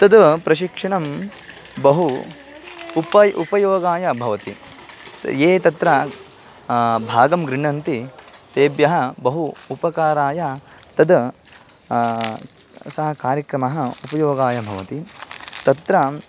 तद् प्रशिक्षणं बहु उपय् उपयोगाय भवति ये तत्र भागं गृह्णन्ति तेभ्यः बहु उपकाराय तद् सः कार्यक्रमः उपयोगाय भवति तत्र